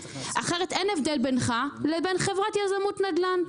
אחרת אין הבדל בינך לבין חברת יזמות נדל"ן.